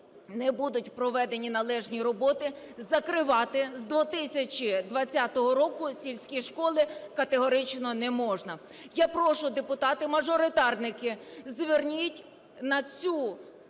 не будуть проведені належні роботи, закривати з 2020 року сільські школи категорично не можна. Я прошу, депутати-мажоритарники, зверніть на цю